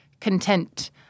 content